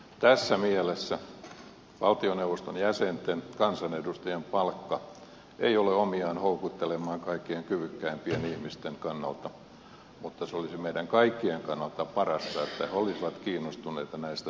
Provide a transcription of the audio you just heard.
tässä mielessä valtioneuvoston jäsenten ja kansanedustajien palkka ei ole omiaan houkuttelemaan kaikkein kyvykkäimpiä ihmisiä mutta se olisi meidän kaikkien kannalta parasta että he olisivat kiinnostuneita näistä tehtävistä